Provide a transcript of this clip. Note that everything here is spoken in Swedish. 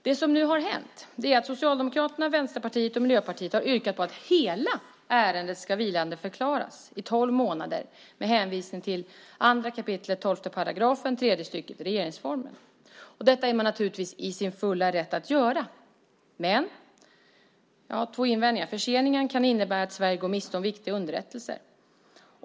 Det som nu har hänt är att Socialdemokraterna, Vänsterpartiet och Miljöpartiet har yrkat på att hela ärendet ska vilandeförklaras i tolv månader med hänvisning till 2 kap. 12 § tredje stycket i regeringsformen. Detta är man naturligtvis i sin fulla rätt att göra, men jag har två invändningar. Förseningen kan innebära att Sverige går miste om viktig underrättelse.